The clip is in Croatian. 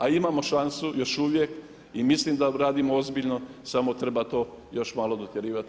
A imamo šansu još uvijek i mislim da radimo ozbiljno samo treba to još malo dotjerivati i